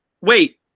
Wait